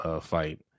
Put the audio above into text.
fight